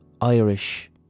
Irish